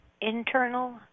internal